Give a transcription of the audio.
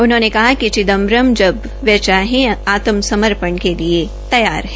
उन्होंने कहा कि चिदम्बरम जब चाहे आत्म समर्पण करने के लिए तैयार है